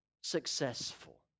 successful